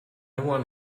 want